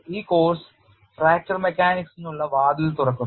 ഈ course fracture മെക്കാനിക്സിനുള്ള വാതിൽ തുറക്കുന്നു